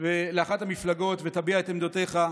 לאחת המפלגות ותביע את עמדותיך.